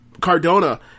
Cardona